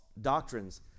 doctrines